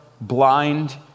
blind